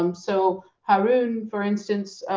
um so haroon, for instance,